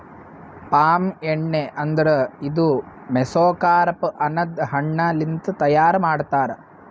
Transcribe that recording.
palm ಎಣ್ಣಿ ಅಂದುರ್ ಇದು ಮೆಸೊಕಾರ್ಪ್ ಅನದ್ ಹಣ್ಣ ಲಿಂತ್ ತೈಯಾರ್ ಮಾಡ್ತಾರ್